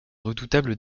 redoutable